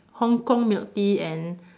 Hong-Kong milk tea and